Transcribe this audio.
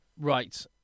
Right